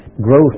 growth